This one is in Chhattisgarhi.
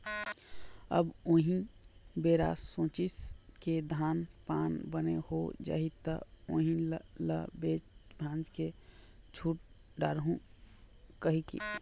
अब उही बेरा सोचिस के धान पान बने हो जाही त उही ल बेच भांज के छुट डारहूँ कहिके